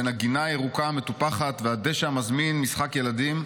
בין הגינה הירוקה המטופחת והדשא המזמין משחק ילדים,